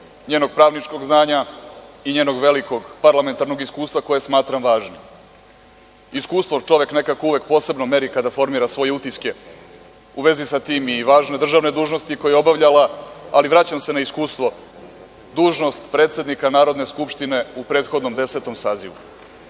njenog pravničkog znanja i njenog velikog parlamentarnog iskustva, koje smatram važnim. Iskustvo čovek nekako uvek posebno meri kada formira svoje utiske, u vezi sa tim, i važne državne dužnosti koje je obavljala, ali, vraćam se na iskustvo, dužnost predsednika Narodne skupštine u prethodnom desetom sazivu. Ja